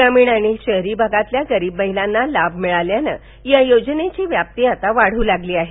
ग्रामीण आणि शहरी भागातल्या गरीब महिलांना लाभ मिळाल्यानं या योजनची व्याप्ती आता वाढू लागली आहे